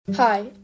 Hi